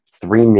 Three